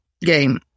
game